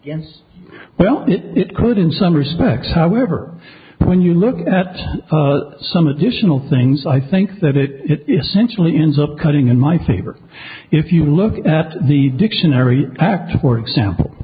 you well it could in some respects however when you look at some additional things i think that it essentially ends up cutting in my favor if you look at the dictionary act or example